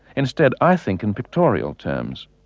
instead, i think in pictorial terms.